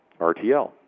RTL